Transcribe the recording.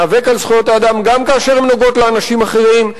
ניאבק על זכויות האדם גם כאשר הן נוגעות באנשים אחרים,